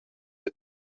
zijn